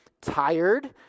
tired